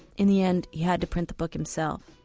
in the end he had to print the book himself.